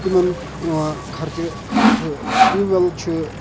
تِمَن یِوان خرچہٕ ہُہ ٹیوٗب وٮ۪ل چھُ